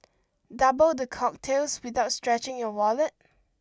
double the cocktails without stretching your wallet